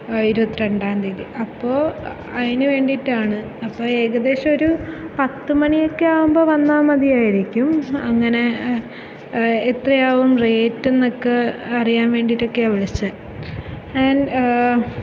ഇരുപത്തി രണ്ടാം തീയതി അപ്പോൾ അതിനുവേണ്ടിയിട്ടാണ് അപ്പോൾ ഏകദേശം ഒരു പത്ത് മണിയൊക്കെ ആവുമ്പോൾ വന്നാൽ മതിയായിരിക്കും അങ്ങനെ എത്രയാവും റേറ്റ് എന്നൊക്കെ അറിയാൻ വേണ്ടിയിട്ടൊക്കെയാണ് വിളിച്ചത് ആൻ